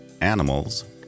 animals